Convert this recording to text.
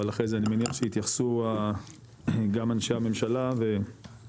אבל אחרי זה אני מניח שיתייחסו גם אנשי הממשלה ואחרים.